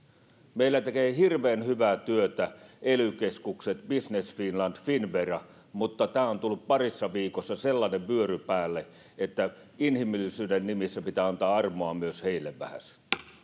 meillä tekevät hirveän hyvää työtä ely keskukset business finland finnvera mutta on on tullut parissa viikossa sellainen vyöry päälle että inhimillisyyden nimissä pitää antaa armoa myös heille vähäsen